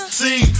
see